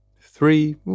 three